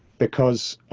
because